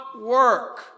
work